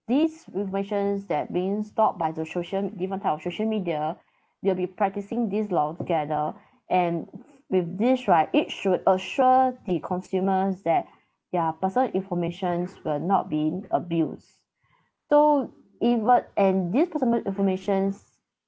these informations that being stored by the social different type of social media they'll be practising these laws together and with this right it should assure the consumers that their personal informations were not being abused so even and these personal informations